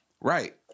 Right